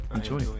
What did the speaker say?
Enjoy